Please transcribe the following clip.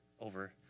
over